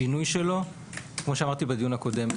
שינוי שלו כפי שאמרתי בדיון הקודם,